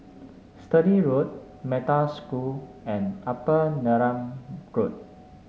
Sturdee Road Metta School and Upper Neram Good